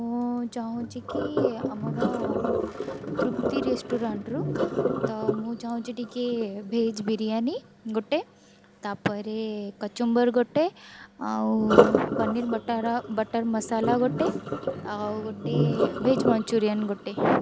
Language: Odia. ମୁଁ ଚାହୁଁଛି କି ଆମର ତୃପ୍ତି ରେଷ୍ଟୁରାଣ୍ଟ୍ ରୁ ତ ମୁଁ ଚାହୁଁଛି ଟିକିଏ ଭେଜ୍ ବିରିୟାନୀ ଗୋଟେ ତାପରେ କଚୁମ୍ବର୍ ଗୋଟେ ଆଉ ପନିର ବଟର୍ ବଟର୍ ମସଲା ଗୋଟେ ଆଉ ଗୋଟେ ଭେଜ୍ ମଞ୍ଚୁରିୟାନ୍ ଗୋଟେ